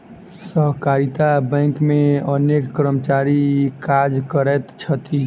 सहकारिता बैंक मे अनेक कर्मचारी काज करैत छथि